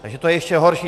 Takže to C je ještě horší.